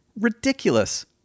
Ridiculous